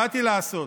באתי לעשות.